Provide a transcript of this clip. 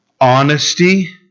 honesty